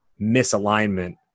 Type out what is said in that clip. misalignment